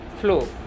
flow